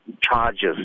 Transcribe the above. charges